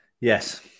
Yes